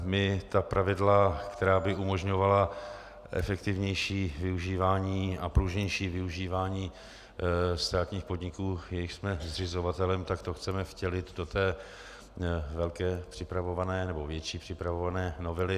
My ta pravidla, která by umožňovala efektivnější využívání a pružnější využívání státních podniků, jichž jsme zřizovatelem, tak to chceme vtělit do té velké připravované, nebo větší připravované novely.